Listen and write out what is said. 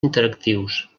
interactius